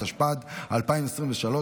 התשפ"ד 2023,